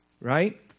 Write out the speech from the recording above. Right